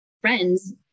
friends